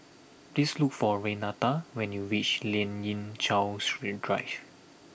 please look for Renata when you reach Lien Ying Chow strain Drive